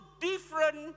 different